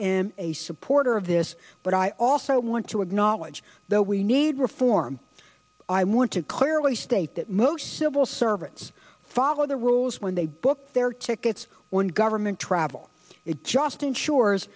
am a supporter of this but i also want to acknowledge though we need reform i want to clearly state that most civil servants follow the rules when they book their tickets when government travel it just ensures